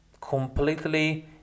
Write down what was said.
completely